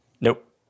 Nope